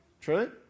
True